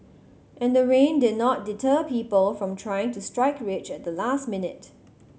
and the rain did not deter people from trying to strike rich at the last minute